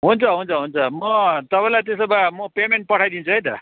हुन्छ हुन्छ हुन्छ म तपाईँलाई त्यसो भए म पेमेन्ट पठाइदिन्छु है त